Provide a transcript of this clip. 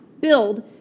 build